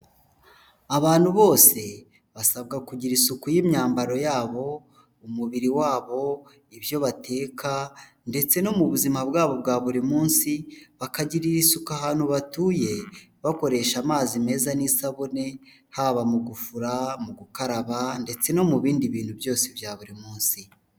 Abantu bose basabwa kugira isuku y'imyambaro yabo, umubiri wabo, ibyo bateka ndetse no mu buzima bwabo bwa buri munsi, bakagirira isuka ahantu batuye bakoresha amazi meza n'isabune haba mu gufura, mu gukaraba, ndetse no mu bindi bintu byose bya buri munsi.